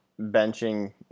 benching